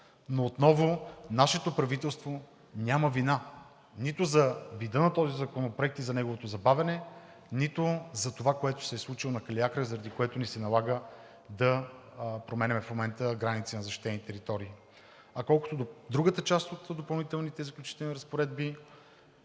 Но отново нашето правителство няма вина – нито за вида на този законопроект и за неговото забавяне, нито за това, което се е случило на Калиакра, заради което ни се налага да променяме в момента границите на защитени територии. А колкото до другата част от допълнителните и заключителните разпоредби